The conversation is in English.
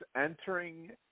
entering